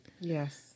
Yes